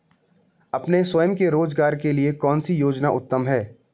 अपने स्वयं के रोज़गार के लिए कौनसी योजना उत्तम है?